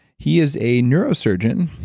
he is a neurosurgeon,